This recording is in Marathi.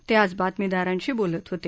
ते आज बातमीदारांशी बोलत होते